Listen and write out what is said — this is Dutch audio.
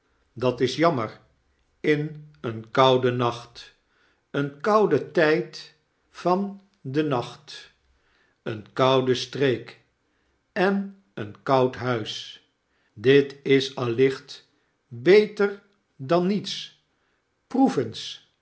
dat is jammer in een kouden nacht een kouden tyd van den nacht eene koude streek en een koud huis dit is allichtbeter dan niets